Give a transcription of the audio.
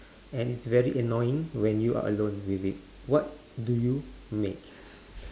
and it's very annoying when you are alone with it what do you make